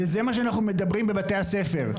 וזה מה שאנחנו מדברים בבתי הספר.